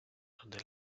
donde